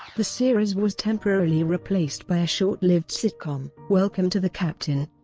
the series was temporarily replaced by a short-lived sitcom, welcome to the captain.